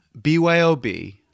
BYOB